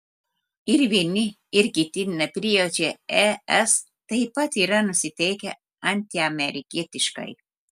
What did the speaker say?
ir vieni ir kiti neprijaučia es taip pat yra nusiteikę antiamerikietiškai